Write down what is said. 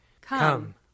Come